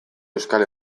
euskal